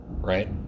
right